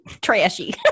trashy